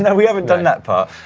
yeah we haven't done that part.